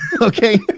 Okay